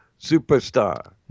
superstar